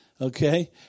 okay